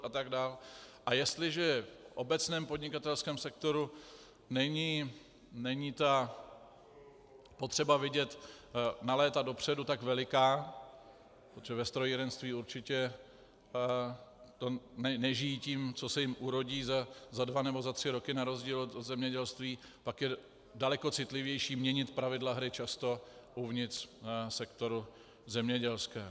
A jestliže v obecném podnikatelském sektoru není ta potřeba vidět na léta dopředu tak veliká, protože ve strojírenství určitě nežijí tím, co se jim urodí za dva nebo za tři roky, na rozdíl od zemědělství, pak je daleko citlivější měnit pravidla hry často uvnitř sektoru zemědělského.